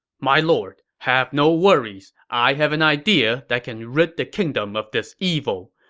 my lord, have no worries. i have an idea that can rid the kingdom of this evil.